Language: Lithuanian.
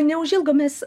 neužilgo mes